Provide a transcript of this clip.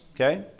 Okay